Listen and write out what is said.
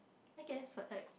I guess but like